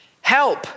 Help